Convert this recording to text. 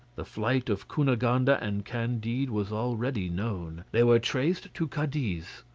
the flight of cunegonde and and candide was already known. they were traced to cadiz.